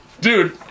Dude